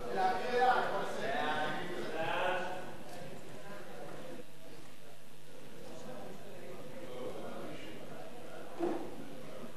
וסעיפים 1